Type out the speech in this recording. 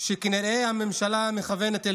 שכנראה הממשלה מכוונת אליהן.